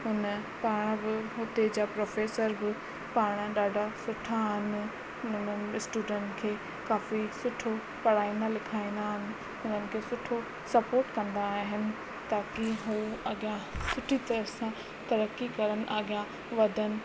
हुन पाण बि हुते जा प्रोफेसर बि पाण ॾाढा सुठा आहिनि हुननि स्टूडंट खे काफी सुठो पढ़ाईंदा लिखाईंदा आहिनि हुननि खे सुठो सपोर्ट कंदा आहिनि ताकी हू अॻियां सुठी तरह सां तरकी कनि अॻियां वधनि